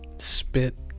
spit